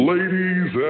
Ladies